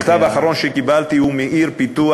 המכתב האחרון שקיבלתי הוא מעיר פיתוח,